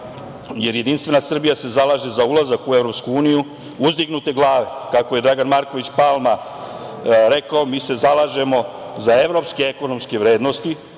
ove zakone, jer JS se zalaže za ulazak u EU uzdignute glave. Kako je Dragan Marković Palma rekao, mi se zalažemo za evropske ekonomske vrednosti